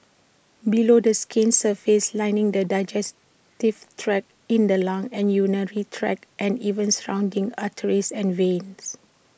below the skin's surface lining the digestive tract in the lungs and urinary tract and even surrounding arteries and veins